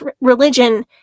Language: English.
religion